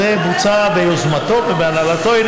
אז זה בוצע ביוזמתו ובהנהלתו.